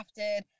crafted